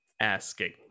asking